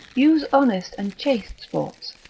use honest and chaste sports,